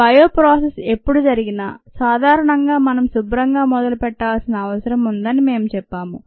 bio process ఎప్పుడు జరిగినా సాధారణంగా మనం శుభ్రంగా మొదలుపెట్టాల్సిన అవసరం ఉందని మేము చెప్పాము